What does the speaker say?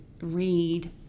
read